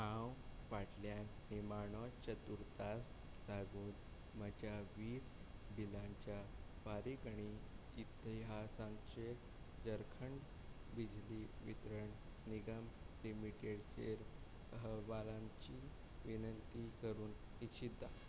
हांव फाटल्यान निमाणो चतुर्तास लागून म्हज्या वीज बिलांच्या फारीकणी इतिहासांचेर झारखंड बिजली वितरण निगम लिमिटेडचेर अहवालांची विनंती करूंक इच्छिता